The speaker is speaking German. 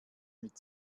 mit